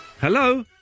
Hello